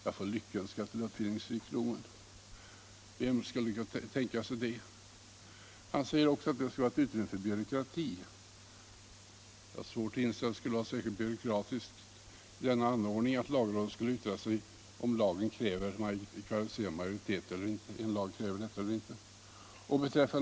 Jag får lyckönska till uppfinningsrikedomen! Vem hade kunnat tänka sig det? Frioch rättigheter Han säger också att förslaget skulle medföra byråkrati. Jag har svårt — i grundlag att tänka mig att det skulle vara särskilt byråkratiskt att lagrådet skall yttra sig om huruvida en lag kräver kvalificerad majoritet eller inte.